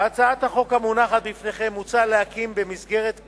בהצעת החוק המונחת בפניכם מוצע להקים במסגרת קרן,